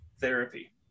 therapy